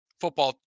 football